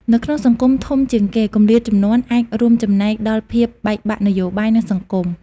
នៅក្នុងសង្គមធំជាងនេះ គម្លាតជំនាន់អាចរួមចំណែកដល់ភាពបែកបាក់នយោបាយ និងសង្គម។